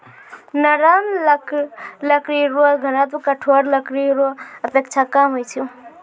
नरम लकड़ी रो घनत्व कठोर लकड़ी रो अपेक्षा कम होय छै